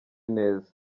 neza